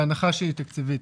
בהנחה שהיא תקציבית,